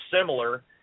similar